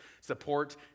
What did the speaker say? support